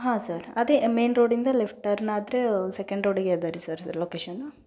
ಹಾಂ sir main ಮೇಯ್ನ್ ರೋಡಿಂದ ಲೆಫ್ಟ್ ಟರ್ನ್ ಆದರೆ ಸೆಕೆಂಡ್ ರೋಡಿಗೆ ಅದರಿ ಸರ್ ಲೊಕೇಶನು